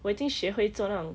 我已经学会做那种